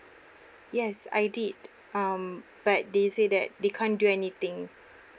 yes I did um but they say that they can't do anything